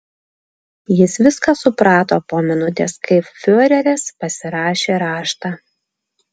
jis viską suprato po minutės kai fiureris pasirašė raštą